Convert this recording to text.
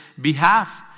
behalf